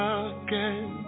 again